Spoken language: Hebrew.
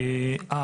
עכשיו,